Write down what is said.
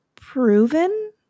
proven